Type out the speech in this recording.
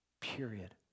period